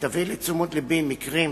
תביאי לתשומת לבי מקרים